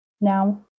Now